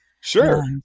sure